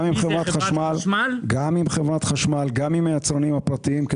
גם עם חברת החשמל וגם עם היצרנים הפרטיים,